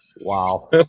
wow